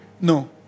No